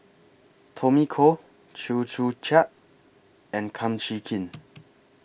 Tommy Koh Chew Joo Chiat and Kum Chee Kin